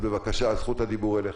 בבקשה, זכות הדיבור שלך.